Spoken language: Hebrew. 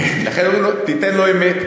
כן, לכן אומרים לו, תיתן לו אמת.